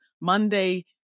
Monday